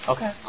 Okay